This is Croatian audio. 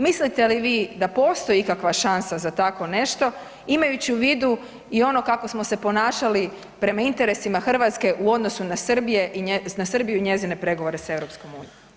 Mislite li vi da postoji ikakva šansa za tako nešto imajući u vidu i ono kako smo se ponašali prema interesima Hrvatske u odnosu na Srbije, na Srbiju i njezine pregovore s EU?